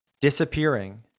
disappearing